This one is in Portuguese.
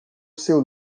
seu